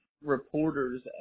reporters